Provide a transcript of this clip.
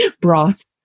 broth